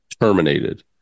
terminated